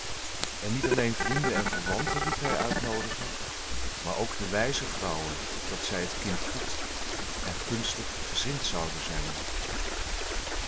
en niet alleen vrienden en verwanten liet hij uitnoodigen maar ook de wijze vrouwen opdat zij het kind goed en gunstig gezind zouden zijn